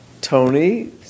Tony